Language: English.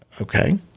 Okay